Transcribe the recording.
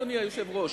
אדוני היושב-ראש.